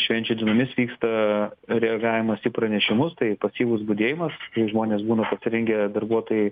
švenčių dienomis vyksta reagavimas į pranešimus tai pasyvus budėjimas kai žmonės būna pasirengę darbuotojai